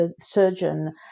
surgeon